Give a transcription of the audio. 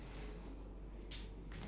definitely ya